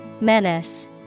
Menace